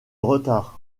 retard